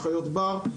וחיות בר.